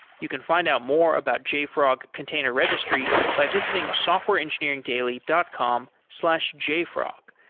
you can find out more about jfrog container registry by visiting softwareengineeringdaily dot com slash jfrog.